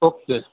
okay